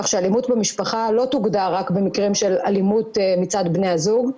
כך שאלימות במשפחה לא תוגדר רק במקרים של אלימות מצד בני הזוג,